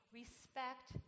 respect